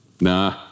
nah